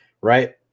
right